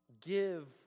Give